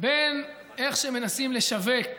בין איך שמנסים לשווק רעיון,